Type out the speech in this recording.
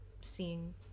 seeing